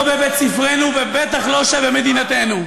לא בבית-ספרנו ובטח לא במדינתנו.